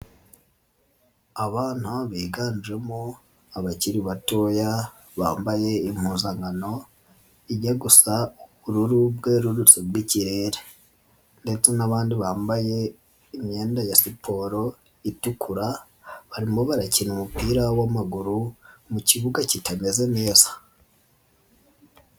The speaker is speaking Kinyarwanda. Abana biganjemo abakiri batoya bambaye impuzankano ijya gusa ubururu bwerurutse rw'ikirere ndetse n'abandi bambaye imyenda ya siporo itukura barimo barakina umupira w'amaguru mu kibuga kitameze neza.